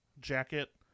jacket